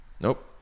nope